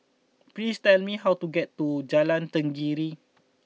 please tell me how to get to Jalan Tenggiri